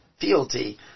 fealty